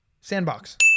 Sandbox